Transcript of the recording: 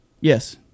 Yes